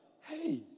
Hey